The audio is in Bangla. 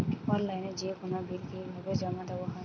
অনলাইনে যেকোনো বিল কিভাবে জমা দেওয়া হয়?